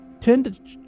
tend